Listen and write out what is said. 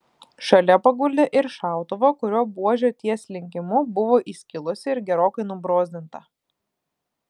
šalia paguldė ir šautuvą kurio buožė ties linkimu buvo įskilusi ir gerokai nubrozdinta